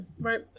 right